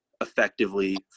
effectively